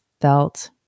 felt